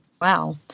Wow